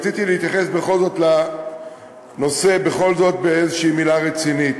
רציתי להתייחס בכל זאת לנושא באיזושהי מילה רצינית.